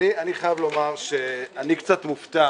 אני חייב לומר שאני קצת מופתע